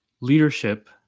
leadership